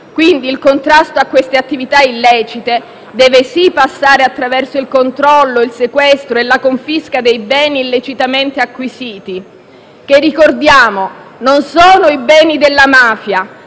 Il contrasto a queste attività illecite, quindi, deve, sì, passare attraverso il controllo, il sequestro e la confisca dei beni illecitamente acquisiti - che, ricordiamo, non sono i beni della mafia,